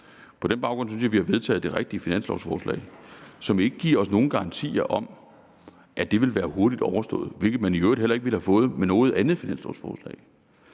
På den baggrund synes jeg vi vedtager det rigtige finanslovforslag, som ikke giver os nogen garantier for, at det vil være hurtigt overstået, hvilket man i øvrigt heller ikke ville have fået med noget andet finanslovforslag.